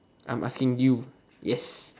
I'm asking you yes